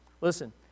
Listen